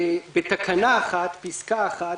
בתקנה 1 פסקה (1)